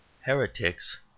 Heretics